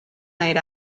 night